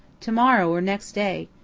to-morrow or next day.